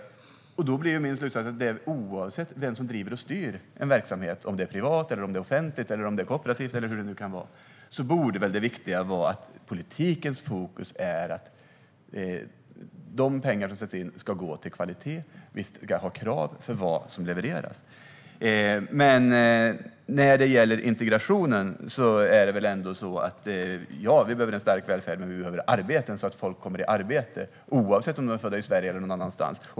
Min slutsats blir att oavsett vem som driver och styr en verksamhet - om det är privat, offentligt, kooperativt eller vad det nu kan vara - borde det viktiga vara att politikens fokus är att de pengar som sätts in ska gå till kvalitet och att vi ska ha krav för vad som levereras. När det gäller integrationen behöver vi en stark välfärd. Men vi behöver arbeten så att människor kommer i arbete oavsett om de är födda i Sverige eller någon annanstans.